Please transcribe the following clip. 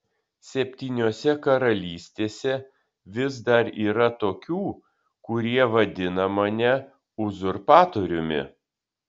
septyniose karalystėse vis dar yra tokių kurie vadina mane uzurpatoriumi